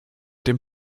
dem